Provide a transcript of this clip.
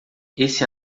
esse